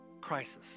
Crisis